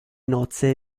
nozze